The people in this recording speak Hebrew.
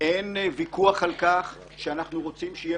אין ויכוח על כך שאנחנו רוצים שיהיה